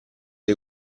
dei